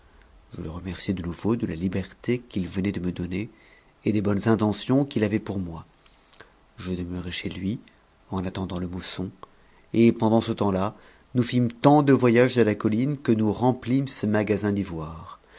je le remerciai de nouveau de la liberté qu'il venait de me donner et des bonnes intentions u'i avait pour moi je demeurai chez lui en attendant le moçon et pendant ce temps-là nous fîmes tant de voyages à a colline que nous rempihnes ses magasins d'ivoire tous